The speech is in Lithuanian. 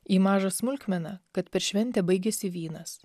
į mažą smulkmeną kad per šventę baigėsi vynas